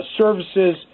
services